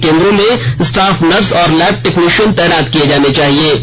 इन केन्द्रों में staff nurse और लैब तकनीशियन तैनात किए जाने चाहिए